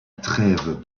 trèves